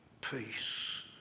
Peace